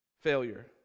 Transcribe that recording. Failure